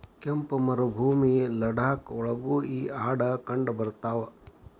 ತಂಪ ಮರಭೂಮಿ ಲಡಾಖ ಒಳಗು ಈ ಆಡ ಕಂಡಬರತಾವ